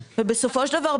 בסופו של דבר,